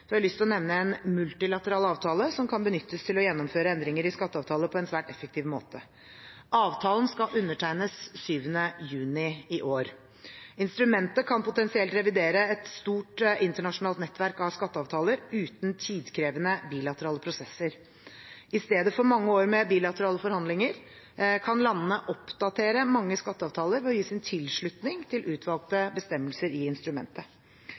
har jeg lyst til å nevne en multilateral avtale som kan benyttes til å gjennomføre endringer i skatteavtaler på en svært effektiv måte. Avtalen skal undertegnes 7. juni i år. Instrumentet kan potensielt revidere et stort internasjonalt nettverk av skatteavtaler, uten tidkrevende bilaterale prosesser. I stedet for mange år med bilaterale forhandlinger kan landene oppdatere mange skatteavtaler ved å gi sin tilslutning til utvalgte bestemmelser i instrumentet.